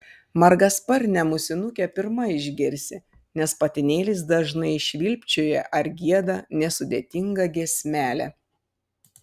margasparnę musinukę pirma išgirsi nes patinėlis dažnai švilpčioja ar gieda nesudėtingą giesmelę